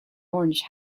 orange